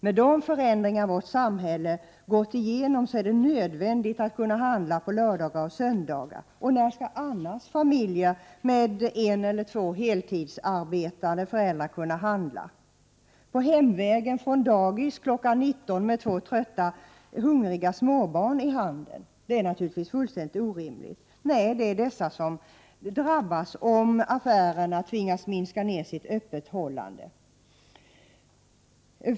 Med de förändringar som vårt samhälle har gått igenom är det nödvändigt att man kan handla på lördagar och söndagar. När skall annars familjer med en eller två heltidsarbetande föräldrar kunna handla? Skall det ske på hemvägen från dagis kl. 19 med två trötta och hungriga småbarn? Det är naturligtvis fullständigt orimligt. Det är dessa familjer som drabbas om affärerna tvingas minska sitt öppethållande.